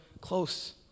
close